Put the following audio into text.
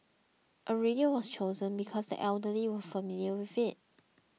a radio was chosen because the elderly were familiar with it